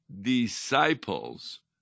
disciples